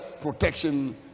protection